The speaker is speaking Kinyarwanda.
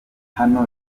hano